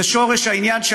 זה שורש העניין,